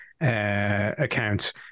account